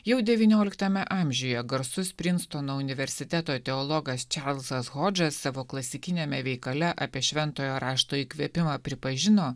jau devynioliktame amžiuje garsus prinstono universiteto teologas čiarlzas hodžas savo klasikiniame veikale apie šventojo rašto įkvėpimą pripažino